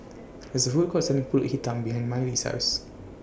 There IS A Food Court Selling Pulut Hitam behind Mylee's House